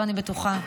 ואני בטוחה,